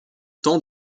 temps